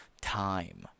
time